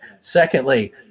Secondly